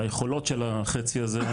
על היכולות של החצי הזה,